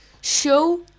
show